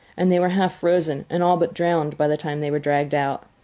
and they were half-frozen and all but drowned by the time they were dragged out.